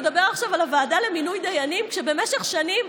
לדבר עכשיו על הוועדה למינוי דיינים כשבמשך שנים